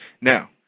Now